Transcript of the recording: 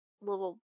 little